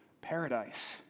paradise